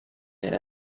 della